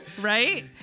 Right